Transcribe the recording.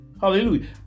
Hallelujah